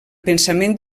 pensament